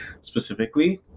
specifically